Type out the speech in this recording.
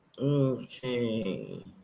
Okay